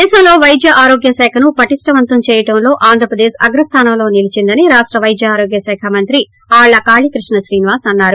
దేశంలో పైద్య ఆరోగ్య శాఖను పటిష్టవంతం చేయడంలో ఆంధ్రప్రదేశ్ అగ్రస్థానంలో నిలిచిందని రాష్ట వైద్య ఆరోగ్య శాఖ మంత్రి ఆళ్ల కాళీకృష్ణ శ్రీనివాస్ అన్నారు